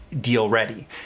deal-ready